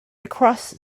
across